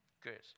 Good